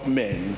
men